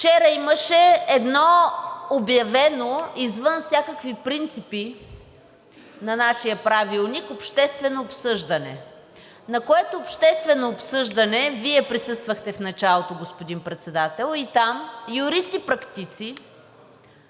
вчера имаше едно обявено извън всякакви принципи на нашия правилник обществено обсъждане, на което обществено обсъждане Вие присъствахте в началото, господин Председател, и там юристи практици